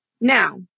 Now